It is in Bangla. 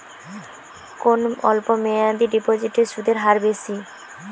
কোন অল্প মেয়াদি ডিপোজিটের সুদের হার বেশি?